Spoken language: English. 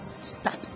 Start